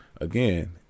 again